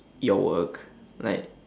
your work like